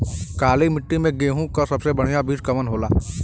काली मिट्टी में गेहूँक सबसे बढ़िया बीज कवन होला?